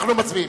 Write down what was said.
אנחנו מצביעים.